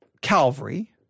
Calvary